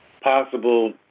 possible